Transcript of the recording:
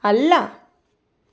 ಅಲ್ಲ